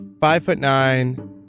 five-foot-nine